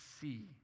see